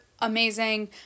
Amazing